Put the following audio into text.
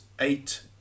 eight